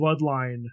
bloodline